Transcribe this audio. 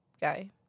Guy